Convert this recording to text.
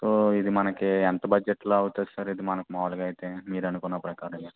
so ఇది మనకు ఎంత బడ్జెట్లో అవుతుంది సార్ ఇది మనకు మామూలుగా అయితే మీరు అనుకున్న ప్రకారం